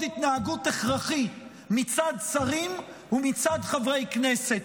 התנהגות הכרחי מצד שרים ומצד שרי כנסת.